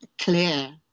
clear